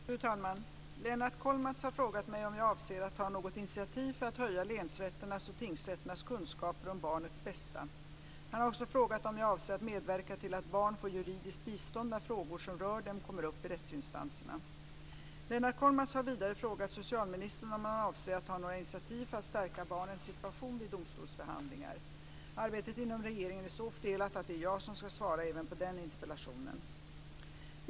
Fru talman! Lennart Kollmats har frågat mig om jag avser att ta något initiativ för att höja länsrätternas och tingsrätternas kunskaper om barnets bästa. Han har också frågat om jag avser att medverka till att barn får juridiskt bistånd när frågor som rör dem kommer upp i rättsinstanserna. Lennart Kollmats har vidare frågat socialministern om han avser att ta några initiativ för att stärka barnens situation vid domstolsförhandlingar. Arbetet inom regeringen är så fördelat att det är jag som ska svara även på den interpellationen.